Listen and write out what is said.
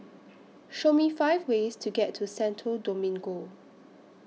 Show Me five ways to get to Santo Domingo